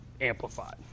Amplified